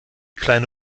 kleine